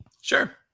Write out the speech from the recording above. Sure